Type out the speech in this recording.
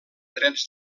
drets